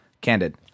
Candid